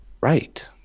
Right